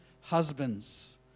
husbands